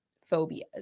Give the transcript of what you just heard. phobias